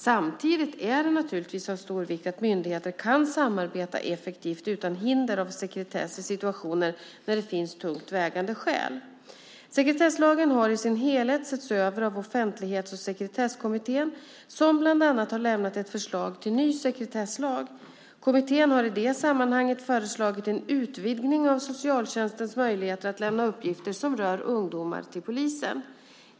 Samtidigt är det naturligtvis av stor vikt att myndigheterna kan samarbeta effektivt utan hinder av sekretess i situationer när det finns tungt vägande skäl. Sekretesslagen har i sin helhet setts över av Offentlighets och sekretesskommittén, som bland annat har lämnat ett förslag till en ny sekretesslag. Kommittén har i det sammanhanget föreslagit en utvidgning av socialtjänstens möjligheter att lämna uppgifter som rör ungdomar till polisen.